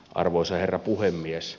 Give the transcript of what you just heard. arvoisa herra puhemies